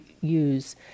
use